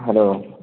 hello